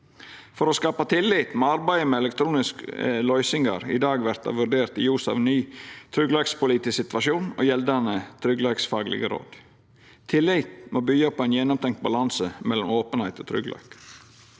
For å skapa tillit må arbeidet med elektroniske løysingar i dag verta vurdert i ljos av ny tryggleikspolitisk situasjon og gjeldande tryggleiksfaglege råd. Tillit må byggja på ein gjennomtenkt balanse mellom openheit og tryggleik.